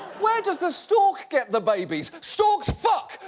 where does the stork get the babies? storks fuck!